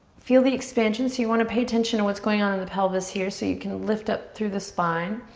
feel the expansion. so you wanna pay attention to what's going on in the pelvis here so you can lift up through the spine